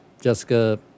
Jessica